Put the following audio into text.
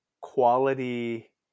quality